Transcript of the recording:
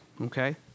okay